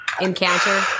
Encounter